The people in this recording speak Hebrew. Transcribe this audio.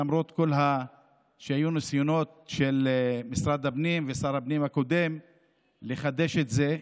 למרות שהיו ניסיונות של משרד הפנים ושר הפנים הקודם לחדש את זה.